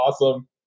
awesome